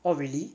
oh really